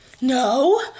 No